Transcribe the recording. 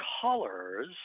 colors